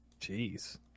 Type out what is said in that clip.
Jeez